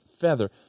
feather